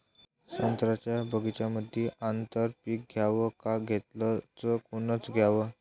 संत्र्याच्या बगीच्यामंदी आंतर पीक घ्याव का घेतलं च कोनचं घ्याव?